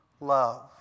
love